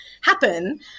happen